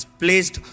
placed